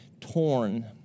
torn